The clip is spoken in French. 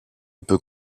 peut